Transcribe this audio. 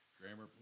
Grammar